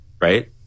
right